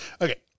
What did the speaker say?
Okay